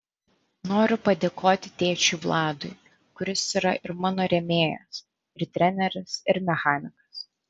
noriu padėkoti tėčiui vladui kuris yra ir mano rėmėjas ir treneris ir mechanikas